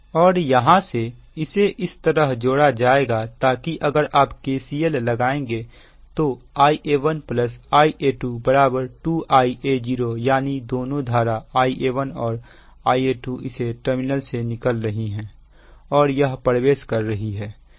और यहां से इसे इस तरह जोड़ा जाएगा ताकि अगर आप KCL लगाएंगे तो Ia1 Ia2 2Ia0 यानी दोनों धारा Ia1 और Ia2 इसे टर्मिनल से निकल रही है और यह प्रवेश कर रही है